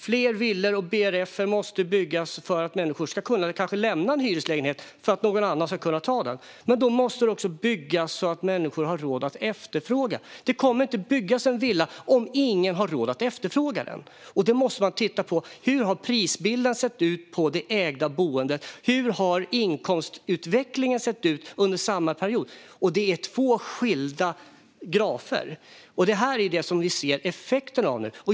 Fler villor och brf:er måste byggas för att människor ska kunna lämna en hyreslägenhet och någon annan ta den, men då måste det också byggas så att människor har råd att efterfråga. Det kommer inte att byggas en villa om ingen har råd att efterfråga den. Då måste man titta på hur prisbilden på det ägda boendet har sett ut under en viss period och hur inkomstutvecklingen har sett ut under samma period, och det är två skilda grafer. Det är detta vi ser effekten av nu.